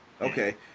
Okay